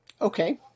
Okay